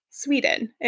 Sweden